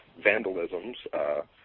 vandalisms